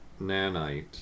nanite